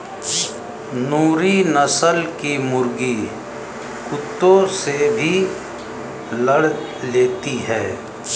नूरी नस्ल की मुर्गी कुत्तों से भी लड़ लेती है